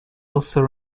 also